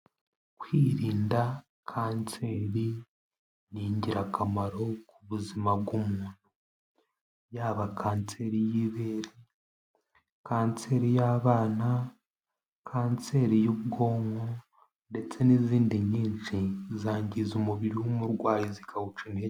Kwirinda kanseri ni ingirakamaro ku buzima bw'umuntu, yaba Kanseri y'ibere, Kanseri y'abana, Kanseri y'ubwonko ndetse n'izindi nyinshi zangiza umubiri w'umurwayi zikawuca intege.